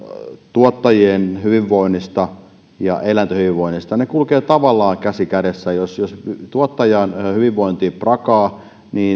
tuottajien hyvinvoinnista ja eläinten hyvinvoinnista niin ne kulkevat tavallaan käsi kädessä jos jos tuottajan hyvinvointi brakaa